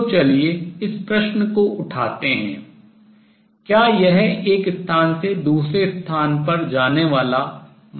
तो चलिए इस प्रश्न को उठाते हैं क्या यह एक स्थान से दूसरे स्थान पर जाने वाला material पदार्थ है